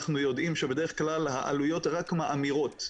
אנחנו יודעים שבדרך כלל העלויות רק מאמירות.